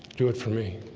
do it for me